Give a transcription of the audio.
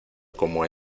como